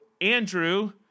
Andrew